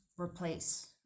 replace